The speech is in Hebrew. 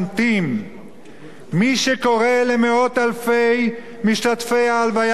מי שקורא למאות-אלפי משתתפי ההלוויה של מרן הרי"ש אלישיב,